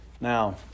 Now